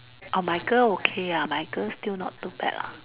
oh my girl okay ah my girl still not too bad lah